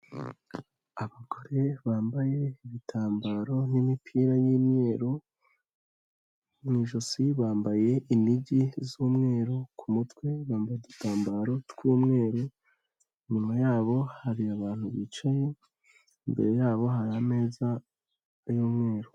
Abagore bambaye ibitambaro n'imipira y'imyeru, mu ijosi bambaye inigi z'umweru, ku mutwe bambaye udutambaro tw'umweru, inyuma yabo hari abantu bicaye, imbere yabo hari ameza y'umweru.